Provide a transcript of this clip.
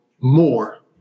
more